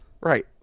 Right